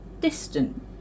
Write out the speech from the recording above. distant